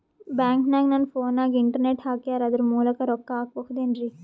ಬ್ಯಾಂಕನಗ ನನ್ನ ಫೋನಗೆ ಇಂಟರ್ನೆಟ್ ಹಾಕ್ಯಾರ ಅದರ ಮೂಲಕ ರೊಕ್ಕ ಹಾಕಬಹುದೇನ್ರಿ?